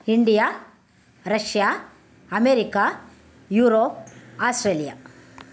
India Russia America Europe Australia